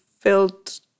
felt